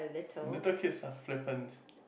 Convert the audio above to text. little kids are flippant